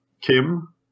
Kim